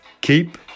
keep